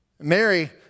Mary